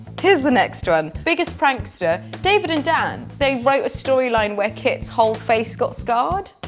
here's the next one biggest prankster david and dan. they wrote a storyline where kit's whole face got scarred.